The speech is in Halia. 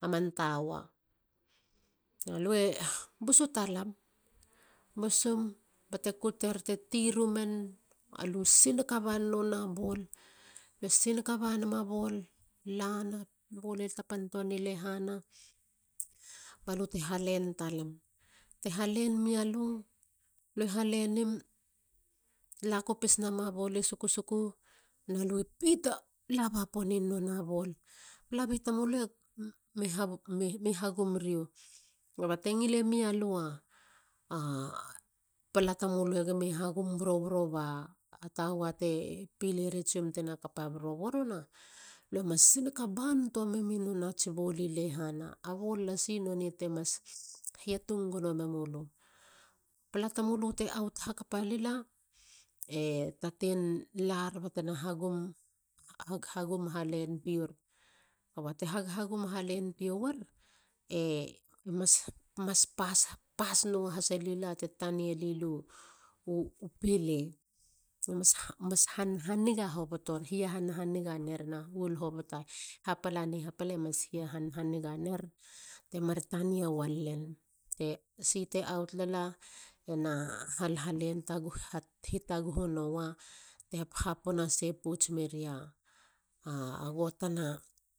A man tawa. A lue busu talam. busum bate kuter te ti ramen alu. singata ban nona bol. bate singata banema bol. lana. bol e tapantoa welali lehana balu te halen talam. Te halen mia lu. lo halenim lakopis nama bol i sukusuku na lui pita laba ponin nona bol. Palabi tamulu e mi hagum rio. gaba. te ngile milua pala tamulu e gimi hagum boroboro ba tawa te piler i tsiom tena kapa boroborona. lo mas singata bamemi nonats bol i lehana. A bol lasi nonei temas hiatung gono meyem mulu. Pala tamulu te aut hakapa lila te tanie lilo u pile. mas hia hanhaniga hobotoneren. hapala ne hapala mas hia haniganer temar tania welilen. Si te aut lala ena hitaguhu noa te haphapona sei pouts meria a gotana,